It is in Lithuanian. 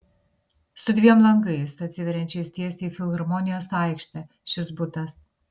su dviem langais atsiveriančiais tiesiai į filharmonijos aikštę šis butas